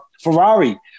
Ferrari